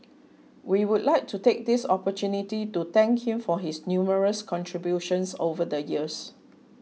we would like to take this opportunity to thank him for his numerous contributions over the years